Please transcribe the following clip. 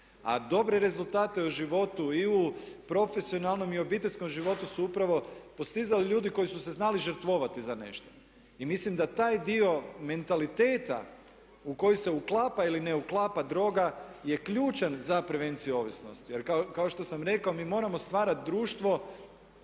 A dobre rezultate u životu i u profesionalnom i obiteljskom životu su upravo postizali ljudi koji su se znali žrtvovati za nešto. I mislim da taj dio mentaliteta u koji se uklapa ili ne uklapa droga je ključan za prevenciju ovisnosti. Jer kao što sam rekao mi moramo stvarati društvo